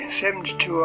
72